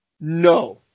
No